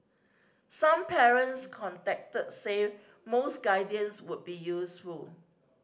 some parents contacted said more guidance would be useful